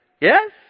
Yes